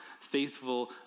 faithful